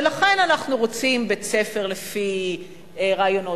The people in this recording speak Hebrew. ולכן אנחנו רוצים בית-ספר לפי רעיונות